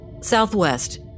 Southwest